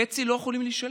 חצי לא יכולים לשלם.